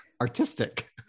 artistic